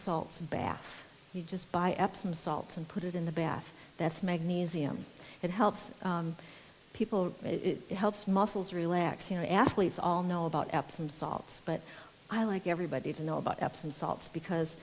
salts baff you just buy epsom salts and put it in the bath that's magnesium that helps people it helps muscles relax you know athletes all know about epsom salts but i like everybody to know about epsom salts because